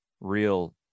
real